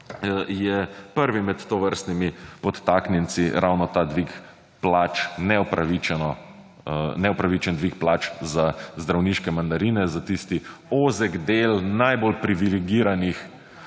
je prvi med tovrstnimi podtaknjenci ravno ta dvig plač, neopravičen dvig plač za zdravniške mandarine za tisti ozek del najbolj privilegiranih